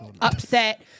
Upset